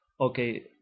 Okay